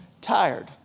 tired